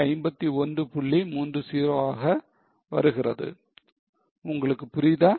30 ஆக வருகிறது உங்களுக்கு புரியுதா